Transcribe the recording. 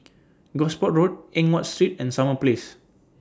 Gosport Road Eng Watt Street and Summer Place